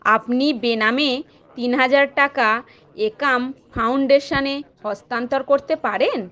আপনি বেনামে তিন হাজার টাকা একাম ফাউণ্ডেশনে হস্তান্তর করতে পারেন